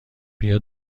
بیا